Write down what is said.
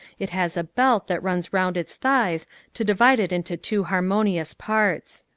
it has a belt that runs round its thighs to divide it into two harmonious parts.